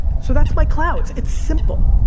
so that's my clouds, it's simple.